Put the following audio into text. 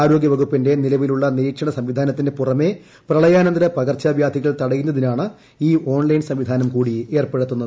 ആരോഗ്യ വകുപ്പിന്റെ നിലവിലുള്ള നിരീക്ഷണ സംവിധാനത്തിന് പുറമേ പ്രളയാനന്തര പകർച്ചവ്യാധികൾ തടയുന്നതിനാണ് ഈ ഓൺലൈൻ സംവിധാനം കൂടി ഏർപ്പെടുത്തുന്നത്